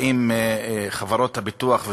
באות חברות הביטוח,